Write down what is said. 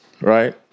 right